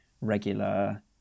regular